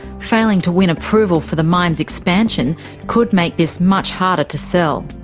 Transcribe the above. failing to win approval for the mine's expansion could make this much harder to sell.